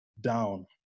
down